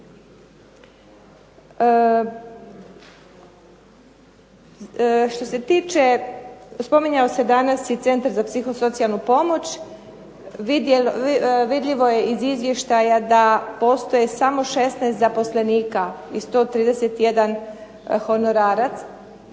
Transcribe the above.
Što se tiče spominjao se danas i Centar za psihosocijalnu pomoć. Vidljivo je iz izvještaja da postoji samo 16 zaposlenika i 131 honorarac.